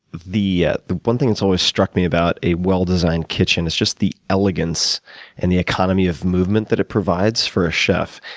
the ah the one thing that's always struck me about a well designed kitchen is just the elegance and the economy of movement that it provides for a chef,